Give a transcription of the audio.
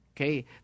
okay